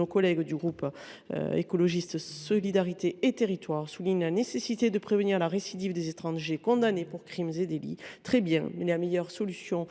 nos collègues du groupe Écologiste – Solidarité et Territoires ont souligné la nécessité de prévenir la récidive des étrangers condamnés pour crimes et délits. Soit ! Mais la meilleure solution